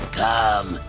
come